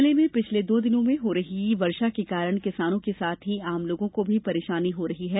जिले में पिछले दो दिनों से हो रही वर्षा के कारण किसानों के साथ ही आम लोगों को भी परेशानी हो रही है